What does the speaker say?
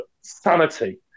sanity